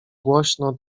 głośno